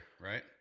right